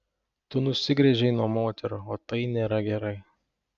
tu nusigręžei nuo moterų o tai nėra gerai